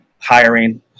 hiring